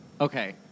Okay